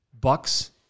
Bucks